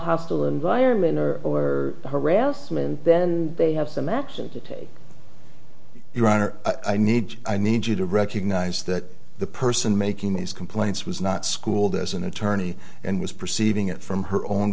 hostile environment or or harassment then they have some action to take your honor i need i need you to recognize that the person making these complaints was not schooled as an attorney and was perceiving it from her own